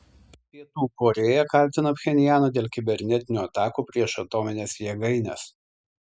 pietų korėja kaltina pchenjaną dėl kibernetinių atakų prieš atomines jėgaines